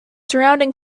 surrounding